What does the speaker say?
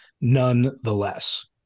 nonetheless